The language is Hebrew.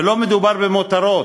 ולא מדובר במותרות.